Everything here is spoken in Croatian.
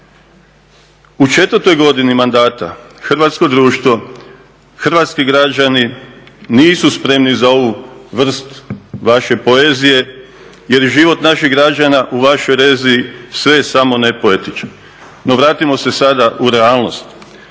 U četvrtoj godini mandata hrvatsko društvo, hrvatski građani nisu spremni za ovu vrst vaše poezije jer život naših građana u vašoj režiji sve je samo ne poetičan. No, vratimo se sada u realnost.